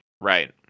right